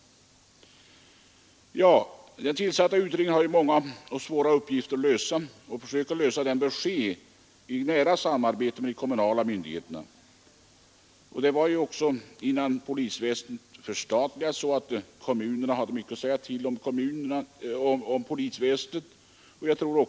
Ja, den tillsatta utredningen har många och svåra uppgifter att lösa. Försöken att lösa dem bör ske i nära samarbete med de kommunala myndigheterna. Innan polisväsendet förstatligades hade också kommunerna mycket att säga till om i detta avseende.